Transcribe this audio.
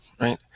right